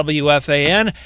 wfan